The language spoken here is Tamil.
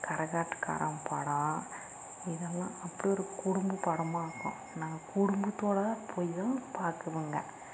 கரகாட்டக்காரன் படம் இதெல்லாம் அப்படி ஒரு குடும்பப் படம் பார்ப்போம் குடும்பத்தோடதான் போய்தான் பாக்குவோங்க